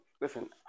Listen